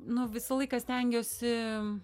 nu visą laiką stengiuosi